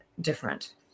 different